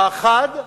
האחת,